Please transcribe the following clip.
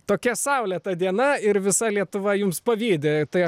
tokia saulėta diena ir visa lietuva jums pavydi tai